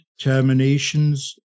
terminations